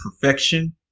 perfection